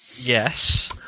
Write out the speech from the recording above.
Yes